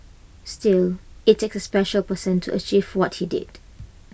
still IT takes A special person to achieve what he did